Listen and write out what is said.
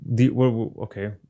Okay